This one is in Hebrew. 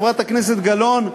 חברת הכנסת גלאון,